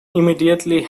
immediately